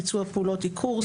ביצוע פעולות עיקור,